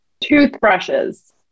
Toothbrushes